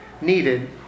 needed